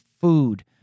food